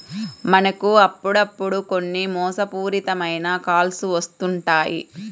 మనకు అప్పుడప్పుడు కొన్ని మోసపూరిత మైన కాల్స్ వస్తుంటాయి